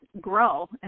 grow